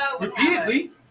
Repeatedly